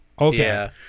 Okay